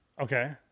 Okay